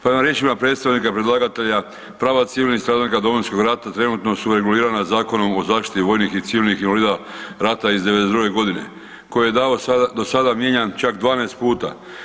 Prema riječima predstavnika predlagatelja prava civilnih stradalnika Domovinskog rata trenutno su regulirana Zakonom o zaštiti vojnih i civilnih invalida rata iz 92. godine koji je do sada mijenjan čak 12 puta.